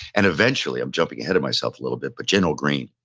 and eventually, i'm jumping ahead of myself a little bit. but general greene,